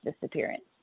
disappearance